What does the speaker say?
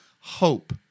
Hope